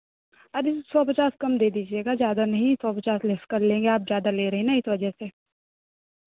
अब सौ पचास कम दे दीजिएगा ज़्यादा नहीं सौ पचास लेस कर लेंगे आप ज़्यादा ले रहे हैं ना इस वजह से